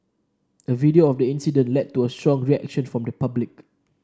a video of the incident led to a strong reaction from the public